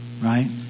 right